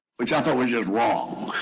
which i thought was just wrong.